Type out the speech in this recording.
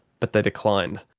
but they declined.